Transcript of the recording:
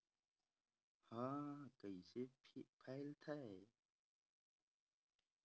ह कइसे फैलथे?